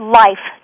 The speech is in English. life